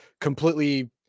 completely